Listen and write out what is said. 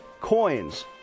coins